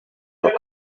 uyu